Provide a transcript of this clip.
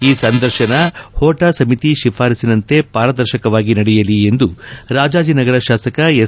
ಈ ಸಂದರ್ಶನ ಹೋಟಾ ಸಮಿತಿ ಶಿಫಾರಸ್ಸಿನಂತೆ ಪಾರದರ್ಶಕವಾಗಿ ನಡೆಯಲಿ ಎಂದು ರಾಜಾಜಿನಗರ ಶಾಸಕ ಎಸ್